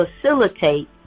facilitate